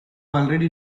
already